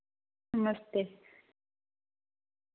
नमस्ते